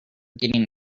getting